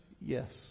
Yes